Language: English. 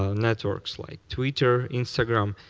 ah networks, like twitter, instagram,